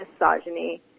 misogyny